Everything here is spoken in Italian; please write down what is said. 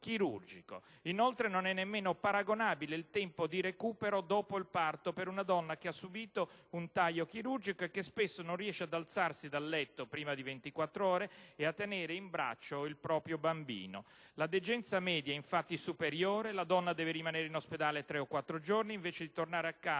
Inoltre, non è nemmeno paragonabile il tempo di recupero dopo il parto per una donna che ha subito un taglio chirurgico, che spesso non riesce ad alzarsi dal letto prima di ventiquattr'ore e a tenere in braccio il proprio bambino. La degenza media è infatti superiore e la donna deve rimanere in ospedale tre o quattro giorni invece di tornare a casa